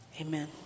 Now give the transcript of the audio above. amen